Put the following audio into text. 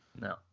No